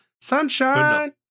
sunshine